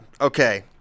Okay